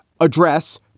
address